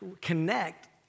connect